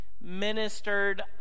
Ministered